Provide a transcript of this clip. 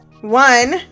one